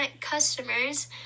customers